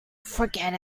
forget